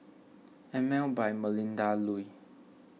Emel by Melinda Looi